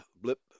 blip